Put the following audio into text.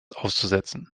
auszusetzen